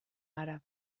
àrab